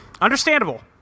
Understandable